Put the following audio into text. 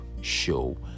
Show